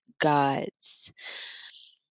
Gods